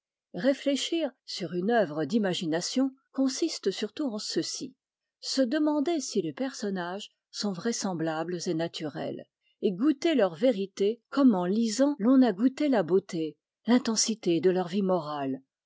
réfléchir sur une œuvre d'imagination consiste surtout en ceci se demander si les personnages sont vraisemblables et naturels et goûter leur vérité comme en lisant l'on a goûté la beauté l'intensité de leur vie morale